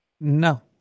No